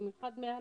במיוחד מהלידה.